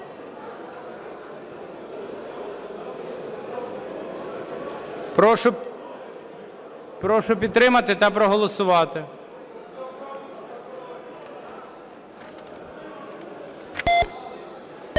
Прошу підтримати та проголосувати.